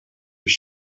sich